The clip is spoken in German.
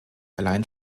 allein